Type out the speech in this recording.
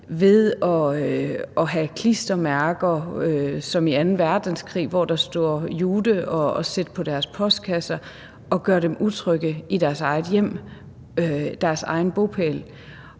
ved at have klistermærker som under anden verdenskrig, hvorpå der står »Jute«, og sætte dem på deres postkasser og gøre dem utrygge i deres eget hjem, på deres egen bopæl.